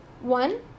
One